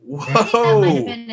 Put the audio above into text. Whoa